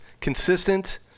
consistent